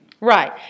Right